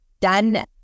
done